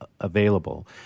available